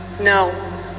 No